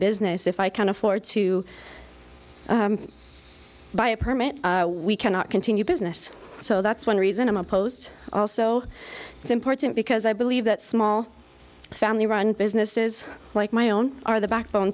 business if i can't afford to buy a permit we cannot continue business so that's one reason i'm opposed also it's important because i believe that small family run businesses like my own are the backbone